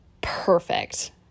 perfect